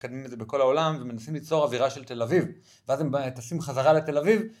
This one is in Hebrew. מקדמים את זה בכל העולם ומנסים ליצור אווירה של תל אביב ואז הם טסים חזרה לתל אביב